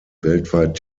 weltweit